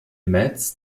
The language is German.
metz